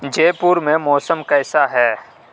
جے پور میں موسم کیسا ہے